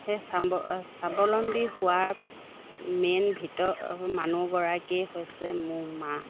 সেই স্বাৱলম্বী হোৱাৰ মেইন ভিতৰ মানুহগৰাকীয়ে হৈছে মোৰ মা